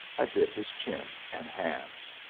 i bit his chin and hands.